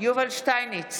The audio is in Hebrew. יובל שטייניץ,